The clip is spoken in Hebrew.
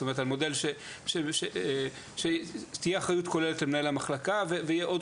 זאת אומרת תהיה אחריות כוללת של מנהל המחלקה ויהיה עוד